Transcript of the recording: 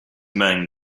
men